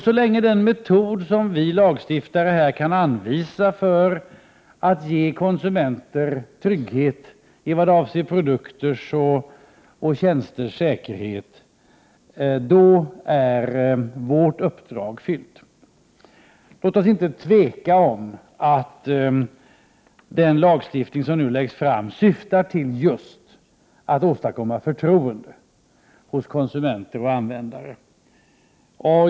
Så länge den metod som vi lagstiftare kan anvisa för att ge konsumenter trygghet vad avser produkters och tjänsters säkerhet, så är vårt uppdrag fyllt. Låt oss inte tvivla på att den lagstiftning som nu läggs fram syftar just till att åstadkomma förtroende hos konsumenter och användare.